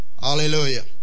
Hallelujah